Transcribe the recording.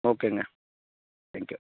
ஓகேங்க thank you